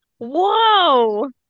Whoa